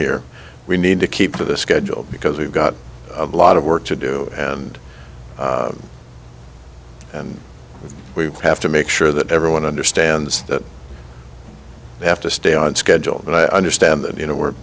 here we need to keep to the schedule because we've got a lot of work to do and we have to make sure that everyone understands that they have to stay on schedule and i understand that you know we're